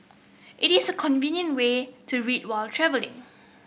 it is a convenient way to read while travelling